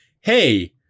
hey